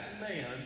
man